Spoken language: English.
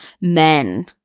men